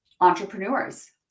entrepreneurs